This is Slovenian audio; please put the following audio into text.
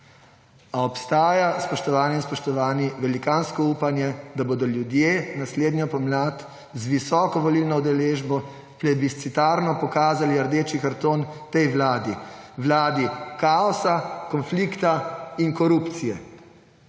a obstaja, spoštovane in spoštovani, velikansko upanje, da bodo ljudje naslednjo pomlad z visoko volilno udeležbo plebiscitarno pokazali rdeči karton tej vladi, vladi kaosa, konflikta in korupcije.